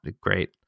great